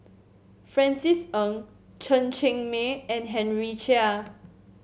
Francis Ng Chen Cheng Mei and Henry Chia